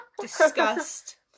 disgust